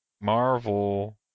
Marvel